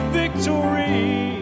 victory